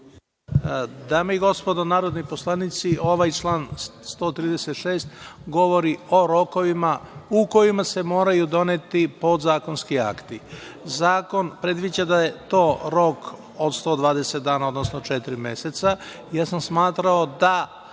Dame i gospodo narodni poslanici, ovaj član 136. govori o rokovima u kojima se moraju doneti podzakonski akti. Zakon predviđa da je to rok od 120 dana, odnosno četiri meseca. Ja sam smatrao da